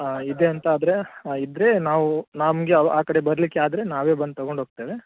ಹಾಂ ಇದೆ ಅಂತ ಆದರೆ ಇದ್ದರೆ ನಾವು ನಮಗೆ ಆ ಕಡೆ ಬರಲಿಕ್ಕೆ ಆದರೆ ನಾವೇ ಬಂದು ತಗೊಂಡು ಹೋಗ್ತೇವೆ